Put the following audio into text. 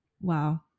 Wow